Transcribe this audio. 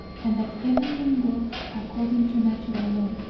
and that everything worked according to natural law,